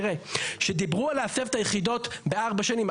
כאשר דיברו על להסב את היחידות ב-4 שנים,